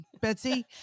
Betsy